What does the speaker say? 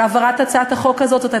על העברת הצעת החוק הזאת.